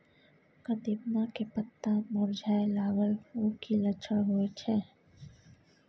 कदिम्मा के पत्ता मुरझाय लागल उ कि लक्षण होय छै?